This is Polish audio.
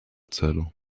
celu